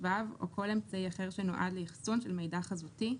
שבב או כל אמצעי שנועד לאחסון של מידע חזותי,